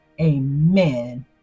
amen